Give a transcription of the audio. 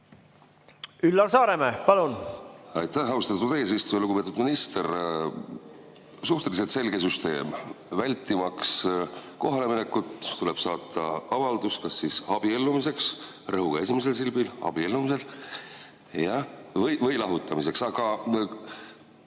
Üllar Saaremäe, palun! Aitäh, austatud eesistuja! Lugupeetud minister! Suhteliselt selge süsteem: vältimaks kohaleminekut, tuleb saata avaldus kas abiellumiseks, rõhuga esimesel silbil, abiellumiseks, jah, või lahutamiseks. Aga